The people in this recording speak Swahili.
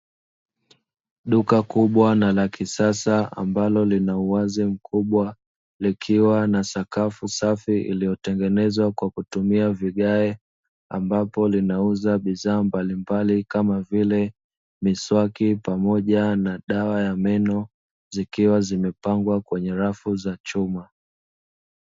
Duka kubwa na la kisasa ambalo linauwazi mkubwa likiwa na sakafu safi iliyotengenezwa kwa kutumia vigae, ambapo linauza bidhaa mbalimbali kama vile miswaki pamoja na dawa ya meno zikiwa zimepangwa kwenye rafu za chuma.